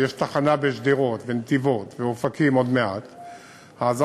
שיש תחנות בשדרות ונתיבות ועוד מעט באופקים,